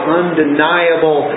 undeniable